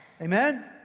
Amen